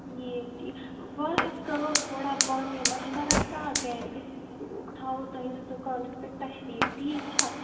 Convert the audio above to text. یہِ ییٚتی وَلہ أسۍ کَرو تھوڑا پانہٕ یہِ مشوَر رَژھا اکھ گَرِ أسۍ تھاوو تُہنٛدِس دُکانس پٮ۪ٹھ تشریٖف ٹھیٖک چھا